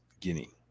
Guinea